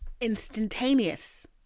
instantaneous